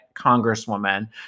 Congresswoman